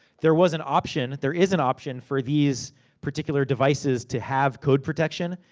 there was an option, there is an option, for these particular devices to have code protection.